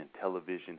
television